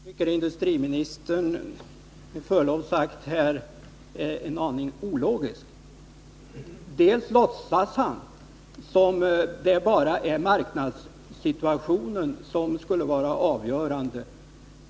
Herr talman! Jag tycker att industriministern med förlov sagt är en aning ologisk här. Han låtsas som om det bara är marknadssituationen som skulle vara avgörande.